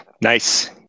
Nice